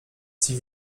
sie